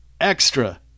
extra